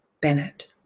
Bennett